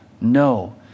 no